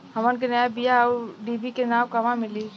हमन के नया बीया आउरडिभी के नाव कहवा मीली?